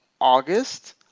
August